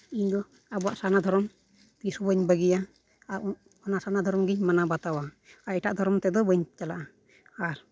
ᱤᱧᱫᱚ ᱟᱵᱚᱣᱟᱜ ᱥᱟᱨᱱᱟ ᱫᱷᱚᱨᱚᱢ ᱛᱤᱥᱦᱚᱸ ᱵᱟᱹᱧ ᱵᱟᱹᱜᱤᱭᱟ ᱟᱨ ᱚᱱᱟ ᱥᱟᱨᱱᱟ ᱫᱷᱚᱨᱚᱢ ᱜᱤᱧ ᱢᱟᱱᱟᱣ ᱵᱟᱛᱟᱣᱟ ᱮᱴᱟᱜ ᱫᱷᱚᱨᱚᱢ ᱛᱮᱫᱚ ᱵᱟᱹᱧ ᱪᱟᱞᱟᱜᱼᱟ ᱟᱨ